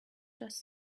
just